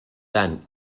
tant